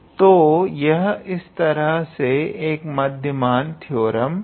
तो यह इस तरह से एक मध्यमान थ्योरम है